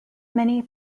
many